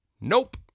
nope